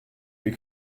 your